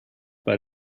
but